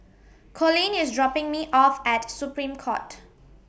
Colin IS dropping Me off At Supreme Court